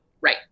Right